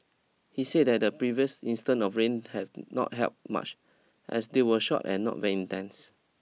he said that the previous instant of rain had not helped much as they were short and not very intense